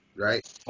right